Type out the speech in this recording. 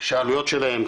שהעלויות שלהם,